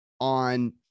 on